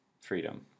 freedom